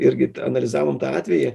irgi analizavom tą atvejį